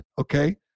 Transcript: okay